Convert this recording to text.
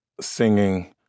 singing